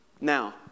Now